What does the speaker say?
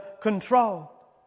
control